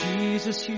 Jesus